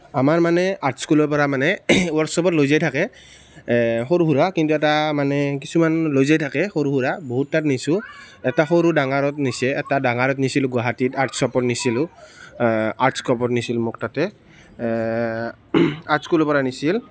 আমাৰ মানে আৰ্টস্কুলৰ পৰা মানে ৱৰ্কশ্বপত লৈ যাই থাকে সৰু সুৰা কিন্তু এটা মানে কিছুমান লৈ যাই থাকে সৰু সুৰা বহুতটাক নিছোঁ এটা সৰু ডাঙৰক নিছে এটা ডাঙৰক নিছিলোঁ গুৱাহাটীত আৰ্টশ্বপত নিছিলোঁ আৰ্টশ্বপত নিছিল মোক তাতে আৰ্টস্কুলৰ পৰা নিছিল